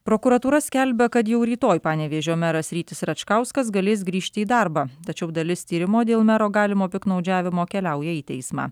prokuratūra skelbia kad jau rytoj panevėžio meras rytis račkauskas galės grįžti į darbą tačiau dalis tyrimo dėl mero galimo piktnaudžiavimo keliauja į teismą